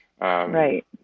right